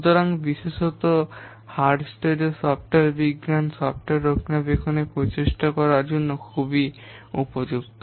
সুতরাং বিশেষত Halstead software বিজ্ঞান সফ্টওয়্যার রক্ষণাবেক্ষণের প্রচেষ্টা অনুমান করার জন্য খুব উপযুক্ত